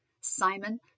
Simon